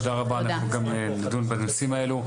תודה רבה אנחנו גם נדון בנושאים האלו.